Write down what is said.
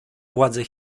władze